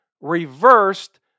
Reversed